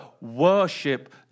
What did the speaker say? worship